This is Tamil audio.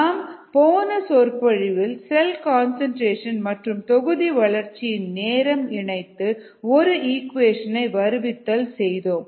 நாம் போன சொற்பொழிவில் செல் கன்சன்ட்ரேஷன் மற்றும் தொகுதி வளர்ச்சியின் நேரம் இணைத்து ஒரு ஈக்குவேஷன் ஐ வருவித்தல் செய்தோம்